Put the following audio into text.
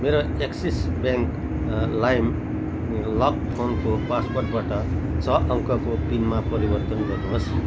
मेरो Axis bank लाइम लक फोनको पासवर्डबाट छ अङ्कको पिनमा परिवर्तन गर्नुहोस्